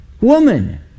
Woman